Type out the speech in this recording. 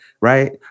right